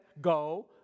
go